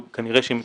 כנראה שהם יתוקנו.